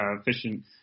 efficient